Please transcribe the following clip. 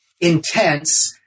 intense